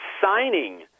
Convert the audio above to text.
signing